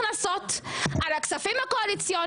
ועדת הכספים על מיזוג.